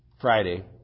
Friday